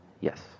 Yes